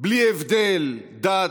בלי הבדלי דת,